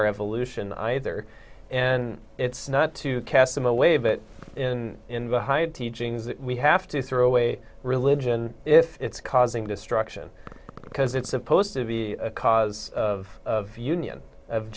our evolution either and it's not to cast them away but in in behind teachings that we have to throw away religion if it's causing destruction because it's supposed to be a cause of union of